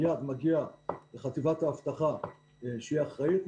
מיד מגיע לחטיבת האבטחה שהיא אחראית,